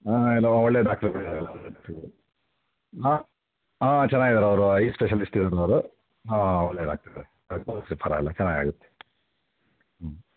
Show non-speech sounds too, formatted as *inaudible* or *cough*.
ಹಾಂ ಎಲ್ಲ ಒಳ್ಳೆಯ ಡಾಕ್ಡ್ರುಗಳಿದ್ದಾರೆ *unintelligible* ಹಾಂ ಹಾಂ ಚೆನ್ನಾಗಿದಾರೆ ಅವರು ಐ ಸ್ಪೆಷಲಿಸ್ಟ್ *unintelligible* ಅವರು ಹಾಂ ಒಳ್ಳೆಯ ಡಾಕ್ಟ್ರುಗಳೇ *unintelligible* ತೋರಿಸಿ ಪರವಾಗಿಲ್ಲ ಚೆನ್ನಾಗಾಗತ್ತೆ ಹ್ಞೂ